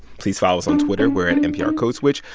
please follow us on twitter. we're at nprcodeswitch.